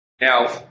Now